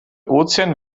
ozean